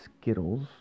Skittles